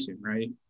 right